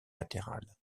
latérales